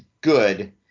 good